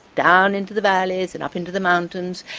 down into the valleys, and up into the mountains,